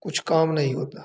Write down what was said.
कुछ काम नहीं होता